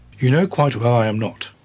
you know quite well i'm not.